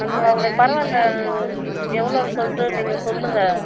வந்து பரவாயில்ல எவ்வளோன்னு சொல்லிட்டு நீங்கள் சொல்லுங்கள்